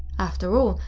after all,